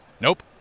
Nope